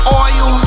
oil